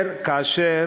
זו העבודה שלכם?